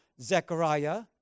Zechariah